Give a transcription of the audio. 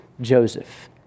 Joseph